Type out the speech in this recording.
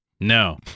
No